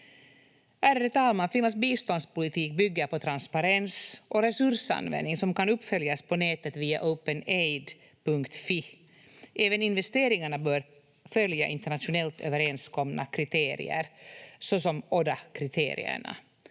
Ärade talman! Finlands biståndspolitik bygger på transparens och resursanvändning som kan uppföljas på nätet via openaid.fi. Även investeringarna bör följa internationellt överenskomna kriterier såsom ODA-kriterierna.